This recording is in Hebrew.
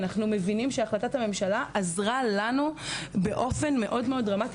אנחנו מבינים שהחלטת הממשלה עזרה לנו באופן דרמטי